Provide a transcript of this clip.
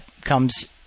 comes